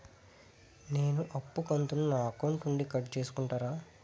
నేను అప్పు కంతును నా అకౌంట్ నుండి కట్ సేసుకుంటారా?